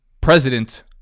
president